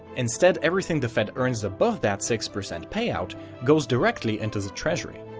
instead, everything the fed earns above that six percent payout goes directly into the treasury.